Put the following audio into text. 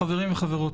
חברים וחברות,